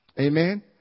Amen